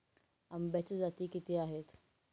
आंब्याच्या जाती किती आहेत?